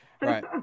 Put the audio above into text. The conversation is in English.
right